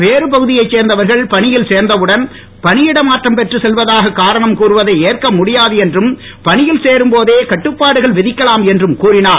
வேறு பகுதியைச் சேர்ந்தவர்கள் பணியில் சேர்ந்தவுடன் பணியிடமாற்றம் பெற்றுச் செல்வதாக காரணம் கூறுவதை ஏற்க முடியாது என்றும் பணியில் சேரும்போதே கட்டுப்பாடுகள் விதிக்கலாம் என்றும் கூறினார்